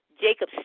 Jacob